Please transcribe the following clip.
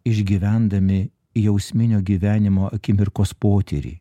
išgyvendami jausminio gyvenimo akimirkos potyrį